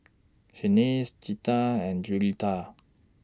Shanice Zetta and Juliette